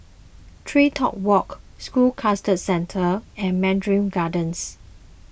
TreeTop Walk School Cluster Centre and Mandarin Gardens